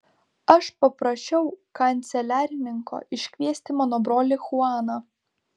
aš paprašiau kanceliarininko iškviesti mano brolį chuaną